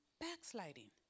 backsliding